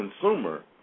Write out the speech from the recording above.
consumer